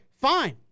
fine